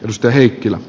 osta heikkilä